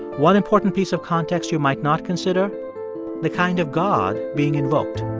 one important piece of context you might not consider the kind of god being invoked.